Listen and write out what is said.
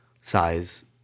size